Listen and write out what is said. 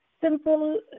simple